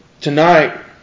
Tonight